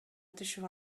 түшүп